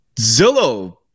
Zillow